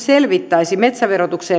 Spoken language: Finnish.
tässä